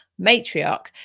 matriarch